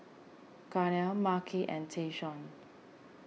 Gaynell Marquis and Tayshaun